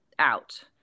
out